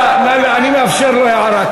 אני מאפשר לו הערה.